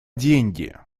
деньги